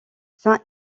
saint